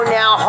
now